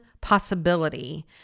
possibility